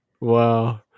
Wow